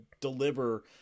deliver